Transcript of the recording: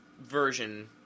version